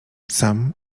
sam